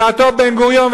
בשעתם בן-גוריון,